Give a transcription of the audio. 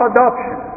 Adoption